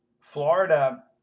Florida